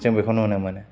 जों बेखौ नुनो मोनो